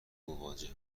مواجه